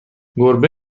گربه